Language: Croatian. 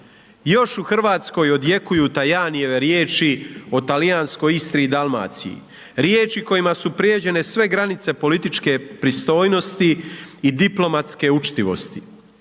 Još u Hrvatskoj odjekuju Tajanieve riječi o talijanskoj Istri i Dalmaciji, riječi kojima su prijeđene sve granice političke pristojnosti i diplomatske učtivosti.